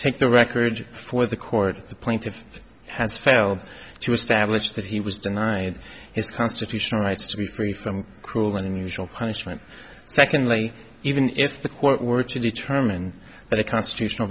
take the record for the court the plaintiff has failed to establish that he was denied his constitutional rights to be free from cruel and unusual punishment secondly even if the court were to determine that a constitutional